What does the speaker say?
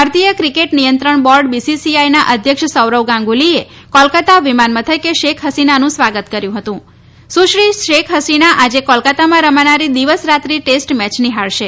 ભારતીય ક્રિકેટ નિયંત્રણ board BCCI અધ્યક્ષ સૌરવ ગાંગુલીએ કોલકાતા વિમાન મથકે શેખ હસીનાનું સ્વાગત કર્યું હતું સુશ્રી શેખ હસીના આજે કોલકાતામાં રમાનારી દિવસ રાત્રિ ટેસ્ટ મેચ નિહાળશે